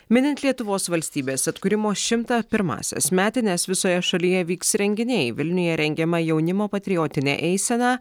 minint lietuvos valstybės atkūrimo šimta pirmąsias metines visoje šalyje vyks renginiai vilniuje rengiama jaunimo patriotinė eisena